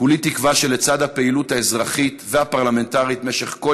כולי תקווה שלצד הפעילות האזרחית והפרלמנטרית במשך כל